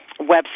website